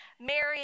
Mary